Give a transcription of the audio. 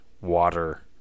water